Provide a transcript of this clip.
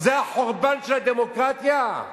זה החורבן של הדמוקרטיה?